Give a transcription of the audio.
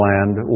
Land